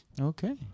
Okay